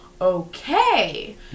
okay